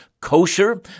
kosher